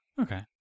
Okay